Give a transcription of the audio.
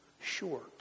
short